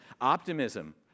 Optimism